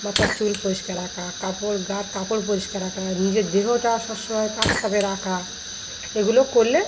মাথার চুল পরিষ্কার রাখা কাপড় গার কাপড় পরিষ্কার রাখা নিজের দেহটা সবসময় পাক রাখা এগুলো করলে